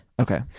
okay